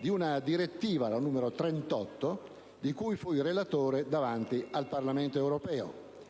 di una direttiva, la n. 38, di cui fui relatore davanti al Parlamento europeo.